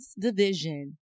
division